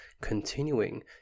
continuing